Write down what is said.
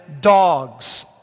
dogs